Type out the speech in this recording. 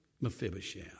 Mephibosheth